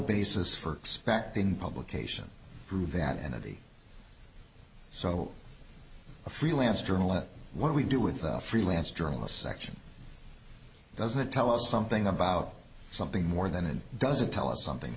basis for expecting publication prove that entity so a freelance journalist what we do with the freelance journalist section doesn't tell us something about something more than it doesn't tell us something